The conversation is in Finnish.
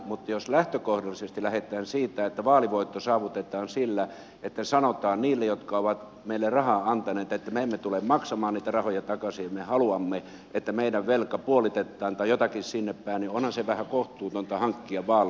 mutta jos lähtökohdallisesti lähdetään siitä että vaalivoitto saavutetaan sillä että sanotaan niille jotka ovat meille rahaa antaneet että me emme tule maksamaan niitä rahoja takaisin me haluamme että meidän velkamme puolitetaan tai jotakin sinnepäin niin onhan se vähän kohtuutonta sillä hankkia vaaleissa voittoa